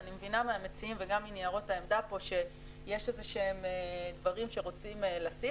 אני מבינה מהמציעים וגם מניירות העמדה פה שיש דברים שרוצים לשים,